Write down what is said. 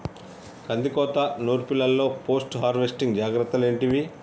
కందికోత నుర్పిల్లలో post harvesting జాగ్రత్తలు ఏంటివి?